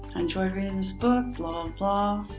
enjoyed reading this book, blah, blah.